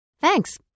Thanks